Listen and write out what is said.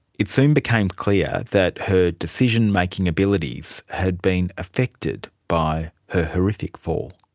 it soon became clear that her decision-making abilities had been affected by her horrific fall.